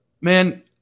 Man